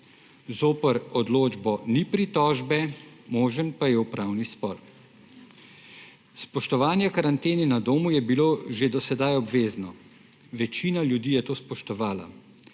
Zoper odločbo ni pritožbe, možen pa je upravni spor. Spoštovanje karantene na domu je bilo že do sedaj obvezno. Večina ljudi je to spoštovala.